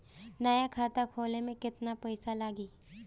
नया खाता खोले मे केतना पईसा लागि?